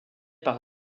par